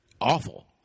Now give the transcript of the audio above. awful